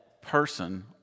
person